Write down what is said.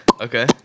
Okay